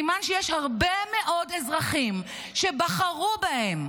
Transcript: סימן שיש הרבה מאוד אזרחים שבחרו בהם.